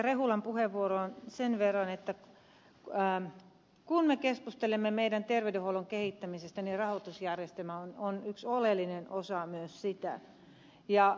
rehulan puheenvuoroon sen verran että kun me keskustelemme meidän terveydenhuoltomme kehittämisestä niin rahoitusjärjestelmä on yksi oleellinen osa myös sitä